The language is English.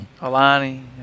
Alani